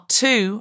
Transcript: two